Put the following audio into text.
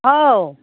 औ